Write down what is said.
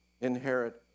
inherit